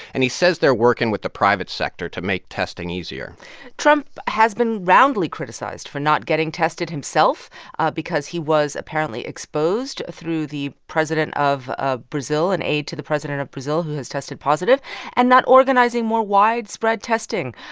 and he says they're working with the private sector to make testing easier trump has been roundly criticized for not getting tested himself because he was apparently exposed through the president of of brazil an aide to the president of brazil who has tested positive and not organizing more widespread testing.